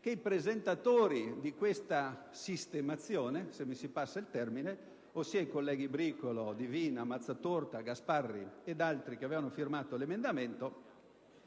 che i presentatori di questa sistemazione - se mi si passa il termine - ossia i senatori Bricolo, Divina, Mazzatorta e Gasparri che avevano firmato l'emendamento,